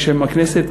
בשם הכנסת,